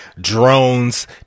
Drones